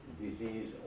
disease